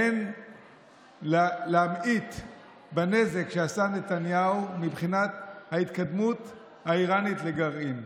אין להמעיט בנזק שעשה נתניהו מבחינת ההתקדמות האיראנית בגרעין.